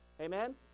Amen